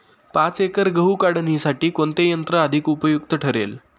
पाच एकर गहू काढणीसाठी कोणते यंत्र अधिक उपयुक्त ठरेल?